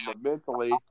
mentally